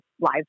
lives